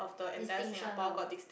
distinction ah